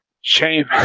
Shame